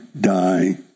die